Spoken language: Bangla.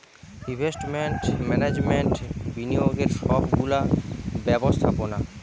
নভেস্টমেন্ট ম্যানেজমেন্ট বিনিয়োগের সব গুলা ব্যবস্থাপোনা